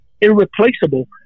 irreplaceable